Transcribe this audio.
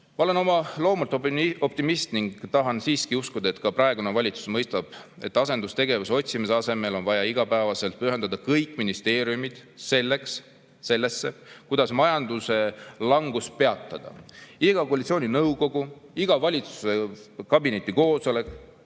Ma olen oma loomult optimist ning tahan siiski uskuda, et ka praegune valitsus mõistab, et asendustegevuse otsimise asemel on vaja igapäevaselt pühenduda kõikides ministeeriumides sellele, kuidas majanduslangus peatada. Iga koalitsiooninõukogu, iga valitsuskabineti koosolek,